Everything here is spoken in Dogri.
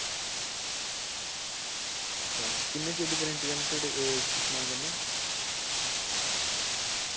अच्छा किन्ने चिर दी गरंटी औंदी थोआढ़े समान कन्नै